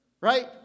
Right